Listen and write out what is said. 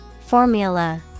Formula